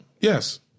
Yes